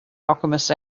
alchemist